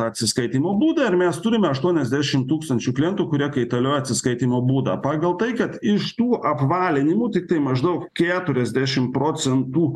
atsiskaitymo būdą ir mes turime aštuoniasdešim tūkstančių klientų kurie kaitalioja atsiskaitymo būdą pagal tai kad iš tų apvalinimų tiktai maždaug keturiasdešim procentų